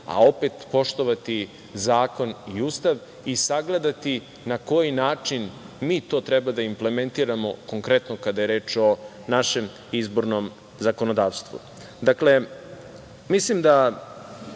a opet poštovati zakon i Ustav i sagledati na koji način mi to treba da implementiramo konkretno kada je reč o našem izbornom zakonodavstvu. Mislim